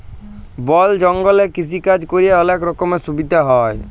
বল জঙ্গলে কৃষিকাজ ক্যরে অলক রকমের সুবিধা হ্যয়